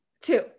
two